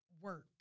work